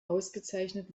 ausgezeichnet